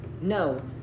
no